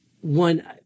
one